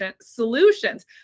Solutions